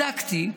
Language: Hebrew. בדקתי,